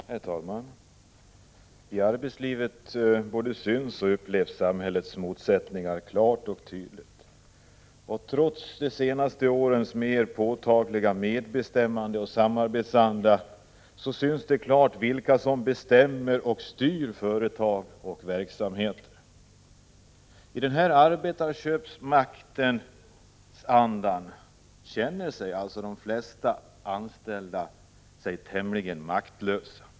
Herr talman! I arbetslivet både syns och upplevs samhällets motsättningar klart och tydligt. Trots de senaste årens mer påtagliga medbestämmande och samarbetsanda syns det klart vilka som styr och bestämmer i företag och verksamheter. I denna arbetsköparmakts anda känner sig de flesta anställda tämligen maktlösa.